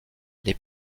les